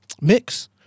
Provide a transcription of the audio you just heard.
Mix